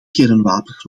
kernwapens